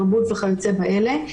תרבות וכיוצא באלה.